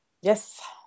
Yes